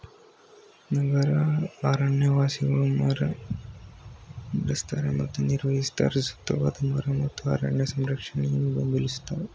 ನಗರ ಅರಣ್ಯವಾಸಿಗಳು ಮರ ನೆಡ್ತಾರೆ ಮತ್ತು ನಿರ್ವಹಿಸುತ್ತಾರೆ ಸೂಕ್ತವಾದ ಮರ ಮತ್ತು ಅರಣ್ಯ ಸಂರಕ್ಷಣೆಯನ್ನು ಬೆಂಬಲಿಸ್ತಾರೆ